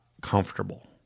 comfortable